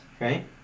right